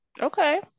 Okay